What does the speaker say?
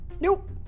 Nope